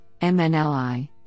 MNLI